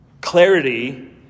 Clarity